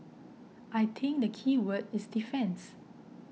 I think the keyword is defence